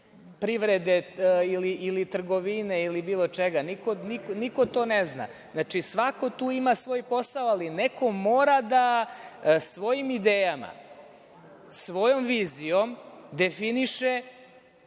privrede ili trgovine ili bilo čega, niko to ne zna. Znači, svako tu ima svoj posao, ali neko mora svojim idejama, svojom vizijom da definiše